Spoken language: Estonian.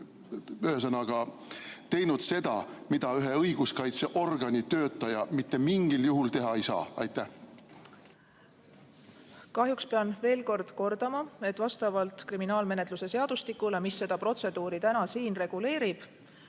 ühesõnaga, teinud seda, mida õiguskaitseorgani töötaja mitte mingil juhul teha ei saa. Kahjuks pean veel kord kordama, et vastavalt kriminaalmenetluse seadustikule, mis seda protseduuri täna siin reguleerib,